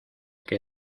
que